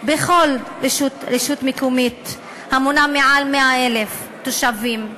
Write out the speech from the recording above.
בכל רשות מקומית המונה מעל 100,000 תושבים,